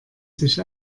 sich